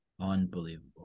unbelievable